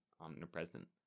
omnipresent